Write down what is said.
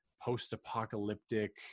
post-apocalyptic